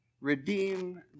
Redeem